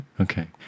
okay